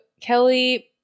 Kelly